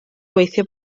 gweithio